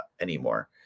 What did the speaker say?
anymore